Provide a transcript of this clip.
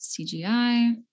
CGI